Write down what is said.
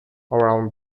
around